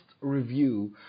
review